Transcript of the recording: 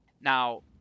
now